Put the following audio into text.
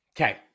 Okay